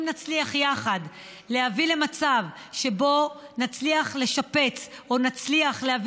אם נצליח יחד להביא למצב שנצליח לשפץ או נצליח להביא